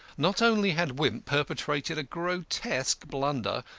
not only had wimp perpetrated a grotesque blunder,